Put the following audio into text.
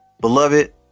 Beloved